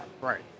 Right